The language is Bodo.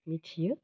मिथियो